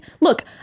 Look